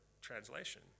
translation